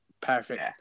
perfect